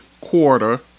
quarter